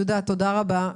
יהודה, תודה רבה.